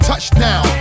Touchdown